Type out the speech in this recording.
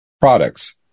Products